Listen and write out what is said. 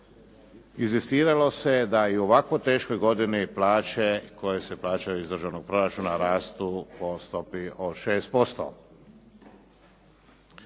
inzistiralo se da i u ovako teškoj godini plaće koje se plaćaju iz državnog proračuna rastu po stopi od 6%.